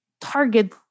target